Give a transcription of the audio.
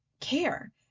care